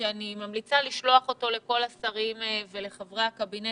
שאני ממליצה לשלוח אותו לכל השרים ולחברי הקבינט